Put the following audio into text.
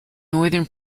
northern